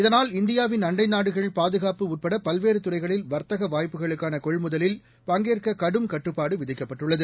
இதனால் இந்தியாவின் அண்டை நாடுகள் பாதுகாப்பு உட்பட பல்வேறு துறைகளில் வர்த்தக வாய்ப்புகளுக்கான கொள்முதலில் பங்கேற்க கடும் கட்டுப்பாடு விதிக்கப்பட்டுள்ளது